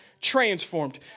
Transformed